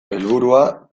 helburua